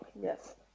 Yes